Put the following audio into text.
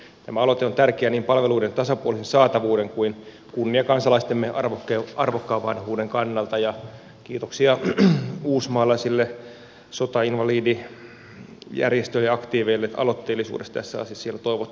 tämä aloite on tärkeä niin palveluiden tasapuolisen saatavuuden kuin kunniakansalaistemme arvokkaan vanhuuden kannalta ja kiitoksia uusmaalaisille sotainvalidijärjestöjen aktiiveille aloitteellisuudesta tässä asiassa